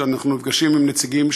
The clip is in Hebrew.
כשאנחנו נפגשים עם נציגים,